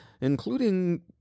including